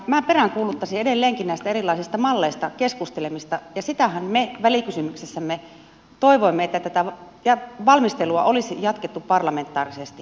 minä peräänkuuluttaisin edelleenkin näistä erilaisista malleista keskustelemista ja sitähän me välikysymyksessämme toivoimme että tätä valmistelua olisi jatkettu parlamentaarisesti